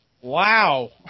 Wow